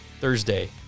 Thursday